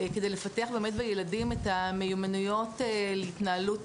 כדי לפתח בילדים את המיומנויות להתנהלות